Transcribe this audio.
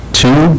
two